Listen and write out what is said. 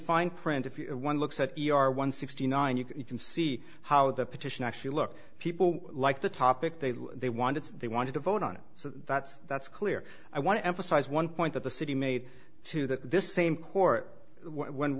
fine print if you one looks at one sixty nine you can see how the petition actually look people like the topic they they wanted they wanted to vote on it so that's that's clear i want to emphasize one point that the city made to that this same court when